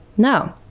No